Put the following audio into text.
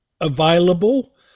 available